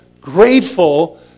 grateful